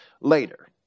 Later